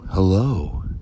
Hello